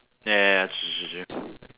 ya ya ya true true true